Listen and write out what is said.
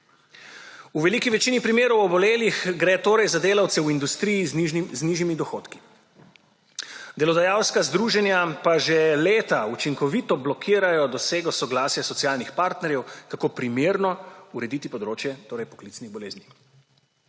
V veliki večini primerov obolelih gre torej za delavce v industriji, z nižjimi dohodki. Delodajalska združenja pa že leta učinkovito blokirajo dosego soglasja socialnih partnerjev, kako primerno urediti področje poklicnih bolezni.